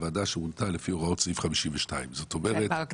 הוועדה שמונתה לפי הוראות סעיף 52. זה בגדרה.